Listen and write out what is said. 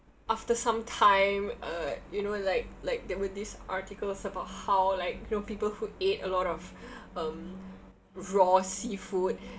after some time uh you know like like there were these articles about how like you know people who ate a lot of um raw seafood